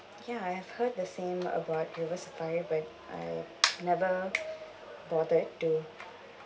ya I have heard the same about river safari but I never bothered to